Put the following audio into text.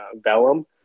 vellum